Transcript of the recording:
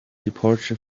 departure